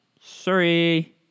Sorry